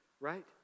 right